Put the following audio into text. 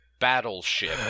battleship